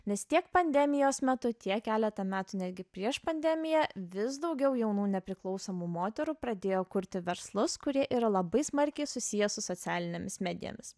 nes tiek pandemijos metu tiek keletą metų netgi prieš pandemiją vis daugiau jaunų nepriklausomų moterų pradėjo kurti verslus kurie yra labai smarkiai susiję su socialinėmis medijomis